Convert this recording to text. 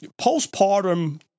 postpartum